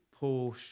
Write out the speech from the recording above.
Porsche